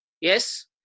Yes